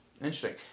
Interesting